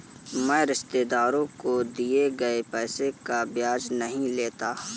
मैं रिश्तेदारों को दिए गए पैसे का ब्याज नहीं लेता